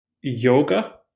yoga